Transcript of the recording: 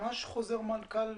יש ממש חוזר מנכ"ל,